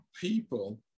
people